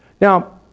Now